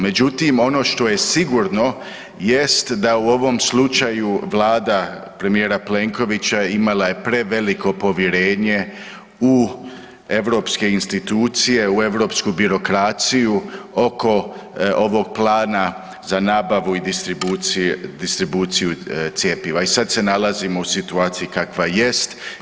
Međutim, ono što je sigurno jest da u ovom slučaju Vlada premijera Plenkovića imala je preveliko povjerenje u europske instituciju, u europsku birokraciju oko ovog plana za nabavu i distribuciju cjepiva i sada se nalazimo u situaciji kakva jest.